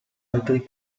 altri